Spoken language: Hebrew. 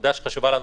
הנקודה שחשובה לנו,